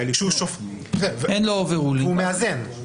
והוא מאזן.